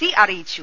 C അറിയിച്ചു